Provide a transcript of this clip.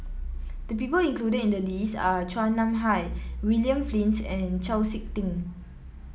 the people included in the list are Chua Nam Hai William Flint and Chau SiK Ting